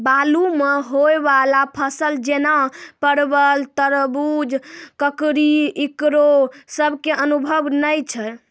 बालू मे होय वाला फसल जैना परबल, तरबूज, ककड़ी ईकरो सब के अनुभव नेय छै?